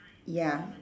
ya